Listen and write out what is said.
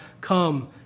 come